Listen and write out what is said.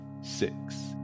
six